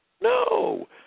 no